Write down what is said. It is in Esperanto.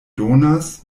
donas